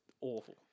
awful